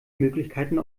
möglichkeiten